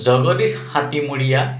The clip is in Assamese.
জগদীশ হাতীমৰীয়া